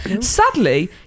sadly